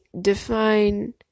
define